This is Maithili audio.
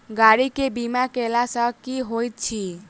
गाड़ी केँ बीमा कैला सँ की होइत अछि?